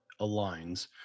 aligns